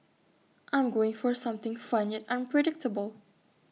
I'm going for something fun yet unpredictable